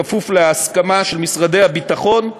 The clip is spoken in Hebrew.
בכפוף להסכמה של משרד הביטחון,